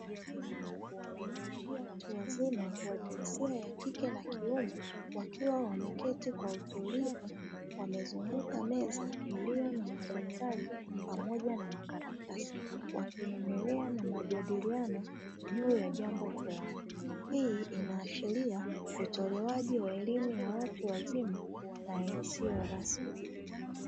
Watu wazima wa jinsia ya kike na kiume wakiwa wameketi kwa utulivu wamezunguka meza iliyo na madaftari pamoja na makaratasi, wakiendelea na majadiliano juu ya jambo fulani. Hii inaashiria utolewaji wa elimu ya watu wazima na isiyo rasmi.